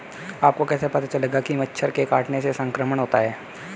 आपको कैसे पता चलेगा कि मच्छर के काटने से संक्रमण होता है?